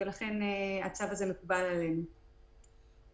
הצו הזה מקובל עלינו במשרד המשפטים.